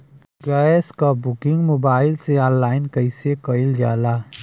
Gas क booking mobile से online कईसे कईल जाला?